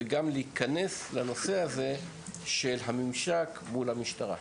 וגם להיכנס לנושא הזה של הממשק מול המשטרה.